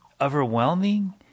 overwhelming